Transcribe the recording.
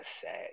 sad